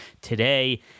today